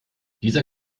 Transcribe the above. dieser